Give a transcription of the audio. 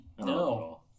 No